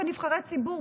כנבחרי ציבור,